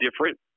different